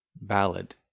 Ballad